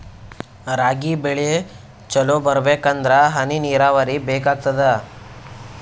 ರಾಗಿ ಬೆಳಿ ಚಲೋ ಬರಬೇಕಂದರ ಹನಿ ನೀರಾವರಿ ಬೇಕಾಗತದ?